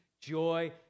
joy